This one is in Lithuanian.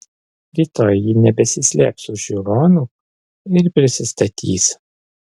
rytoj ji nebesislėps už žiūronų ir prisistatys